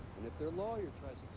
and if their lawyer tries